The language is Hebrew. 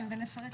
כן, ונפרט.